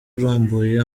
arambuye